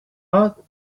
not